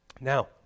Now